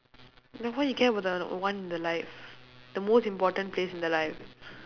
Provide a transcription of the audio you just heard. then why you care about the one in the life the most important place in the life